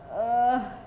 err